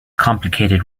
complicated